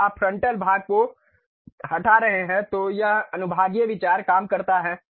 जब आप फ्रंटल भाग को हटा रहे हैं तो यह अनुभागीय विचार काम करता है